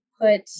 put